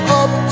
up